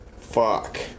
Fuck